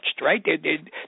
right